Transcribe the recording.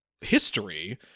history